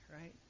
right